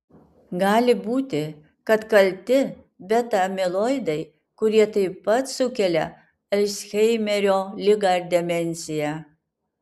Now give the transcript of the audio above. gali būti kad kalti beta amiloidai kurie taip pat sukelia alzheimerio ligą ir demenciją